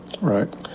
Right